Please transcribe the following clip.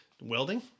Welding